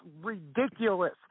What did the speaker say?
ridiculous